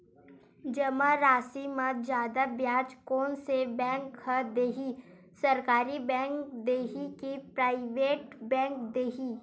जमा राशि म जादा ब्याज कोन से बैंक ह दे ही, सरकारी बैंक दे हि कि प्राइवेट बैंक देहि?